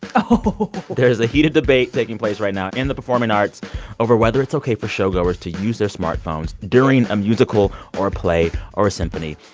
oh there's a heated debate taking place right now in the performing arts over whether it's ok for showgoers to use their smartphones during a musical or play or a symphony.